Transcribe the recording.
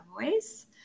voice